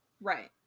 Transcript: right